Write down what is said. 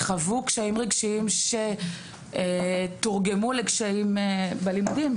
חוו קשיים רגשיים שתורגמו לקשיים בלימודים.